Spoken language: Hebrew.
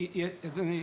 אדוני,